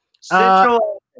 Central